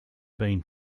been